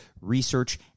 research